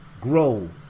Grow